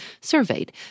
surveyed